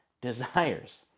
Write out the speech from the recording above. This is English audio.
desires